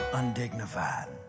undignified